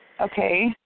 Okay